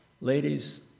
Ladies